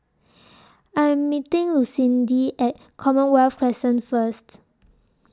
I Am meeting Lucindy At Commonwealth Crescent First